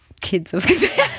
kids